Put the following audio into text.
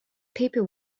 paper